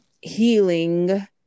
healing